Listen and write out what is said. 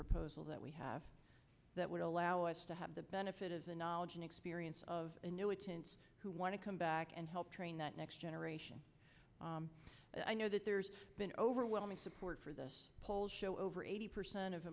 proposal that we have that would allow us to have the benefit of the knowledge and experience of who want to come back and help train that next generation and i know that there's been overwhelming support for the polls show over eighty percent of